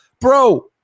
bro